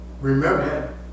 Remember